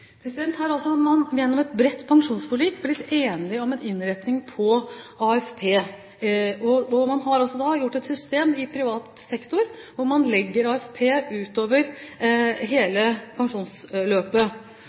har man gjennom et bredt pensjonsforlik blitt enige om en innretning på AFP. Og man har også laget et system i privat sektor hvor man legger AFP utover